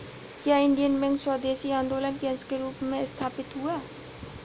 क्या Indian Bank स्वदेशी आंदोलन के अंश के रूप में स्थापित हुआ?